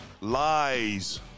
Lies